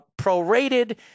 prorated